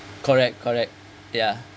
correct correct ya